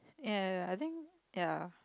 ya ya ya I think ya